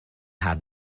had